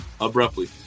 abruptly